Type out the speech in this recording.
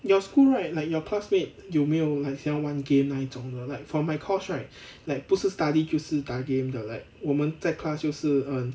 your school right like your classmate 有没有 like 喜欢玩 game 的那一种的 like for my course right like 不是 study 就是打 game 的 like 我们 class 就是 um